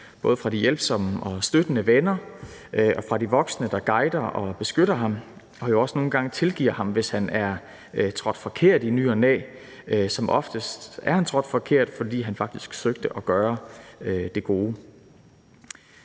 både de hjælpsomme og støttende venner og de voksne, der guider og beskytter ham og jo også nogle gange tilgiver ham, hvis han er trådt forkert i ny og næ. Som oftest er han trådt forkert, fordi han faktisk søgte at gøre det gode.